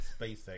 SpaceX